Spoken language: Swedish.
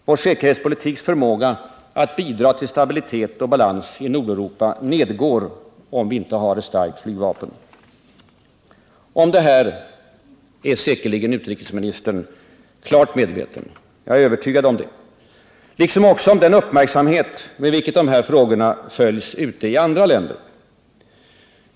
Vår säkerhetspolitiks förmåga att bidra till stabilitet och balans i Nordeuropa nedgår, om vi inte har ett starkt flygvapen. Om detta är utrikesministern säkert klart medveten — jag är övertygad om det — liksom också om den uppmärksamhet med vilken dessa frågor följs i andra länder.